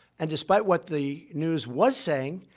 and despite what the news was saying,